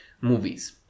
movies